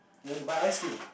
we went to buy ice cream